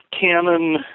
canon